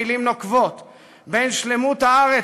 במלאות עשרים-ואחת שנים להירצחו 2 היו"ר יולי